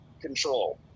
control